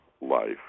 life